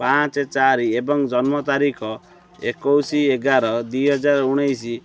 ପାଞ୍ଚ ଚାରି ଏବଂ ଜନ୍ମ ତାରିଖ ଏକୋଉଶ ଏଗାର ଦୁଇହଜାର ଉଣେଇଶ